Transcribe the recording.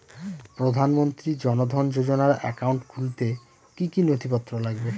প্রধানমন্ত্রী জন ধন যোজনার একাউন্ট খুলতে কি কি নথিপত্র লাগবে?